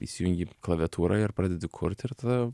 įsijungi klaviatūrą ir pradedi kurt ir tada